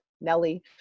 Nelly